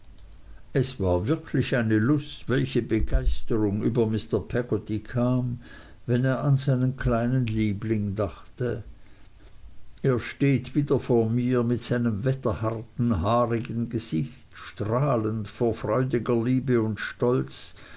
es war wirklich eine lust welche begeisterung über mr peggotty kam wenn er an seinen kleinen liebling dachte er steht wieder vor mir mit seinem wetterharten haarigen gesicht strahlend vor freudiger liebe und stolz